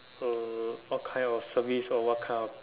uh what kind of service or what kind of